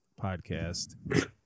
podcast